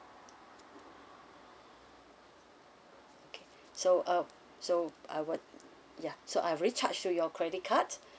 okay so uh so I would ya so I've already charged through your credit card